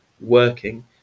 working